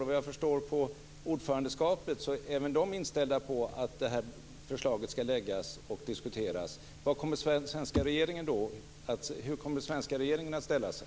Såvitt jag förstår av ordförandeskapet är även det inställt på att förslaget ska läggas fram och diskuteras. Hur kommer den svenska regeringen att ställa sig?